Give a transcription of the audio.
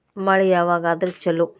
ಮಳಿ ಯಾವಾಗ ಆದರೆ ಛಲೋ?